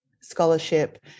scholarship